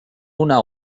una